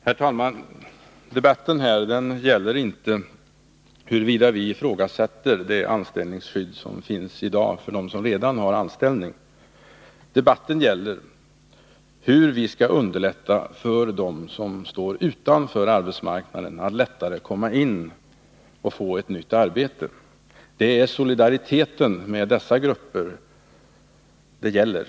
Herr talman! Debatten här gäller inte huruvida vi ifrågasätter det anställningsskydd som finns i dag för den som redan har anställning, utan debatten gäller hur vi skall kunna underlätta för dem som står utanför arbetsmarknaden att komma in där och få arbete. Det är solidariteten med dessa grupper som frågan gäller.